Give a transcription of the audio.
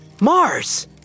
Mars